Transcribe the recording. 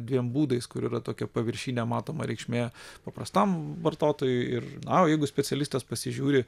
dviem būdais kur yra tokia paviršinė matoma reikšmė paprastam vartotojui ir na o jeigu specialistas pasižiūri